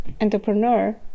entrepreneur